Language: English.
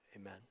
Amen